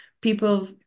people